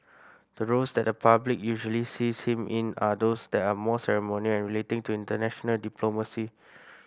the roles that the public usually sees him in are those that are more ceremonial and relating to international diplomacy